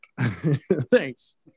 Thanks